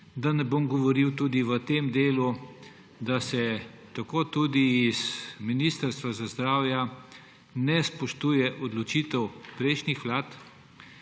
Da ne bom govoril tudi o tem delu, da se tudi z Ministrstva za zdravje ne spoštuje odločitev prejšnjih vlad,